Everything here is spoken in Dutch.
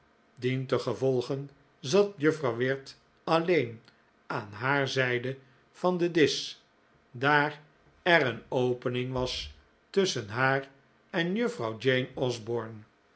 dientengevolge zat juffrouw wirt alleen aan haar zijde van den disch daar er een opening was tusschen haar en juffrouw jane osborne